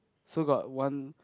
so got one